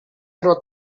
zero